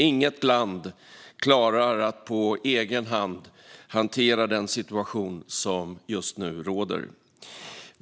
Inget land klarar att på egen hand hantera den situation som just nu råder.